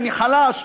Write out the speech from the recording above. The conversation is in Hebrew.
אני חלש.